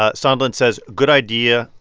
ah sondland says, good idea.